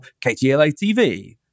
KTLA-TV